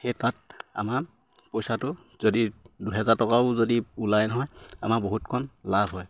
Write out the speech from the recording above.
সেই তাত আমাৰ পইচাটো যদি দুহেজাৰ টকাও যদি ওলাই নহয় আমাৰ বহুতকন লাভ হয়